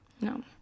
no